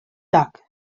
tak